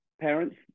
parents